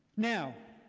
now,